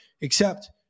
Except-